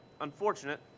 unfortunate